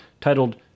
titled